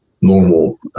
normal